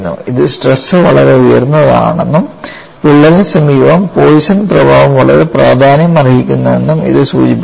ഇത് സ്ട്രെസ് വളരെ ഉയർന്നതാണെന്നും വിള്ളലിന് സമീപം പോയിസൺ പ്രഭാവം വളരെ പ്രാധാന്യമർഹിക്കുന്നുവെന്നും ഇത് സൂചിപ്പിക്കുന്നു